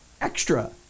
extra